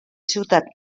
ciutat